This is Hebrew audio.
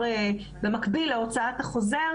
במקביל להוצאת החוזר.